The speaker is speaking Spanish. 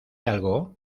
algo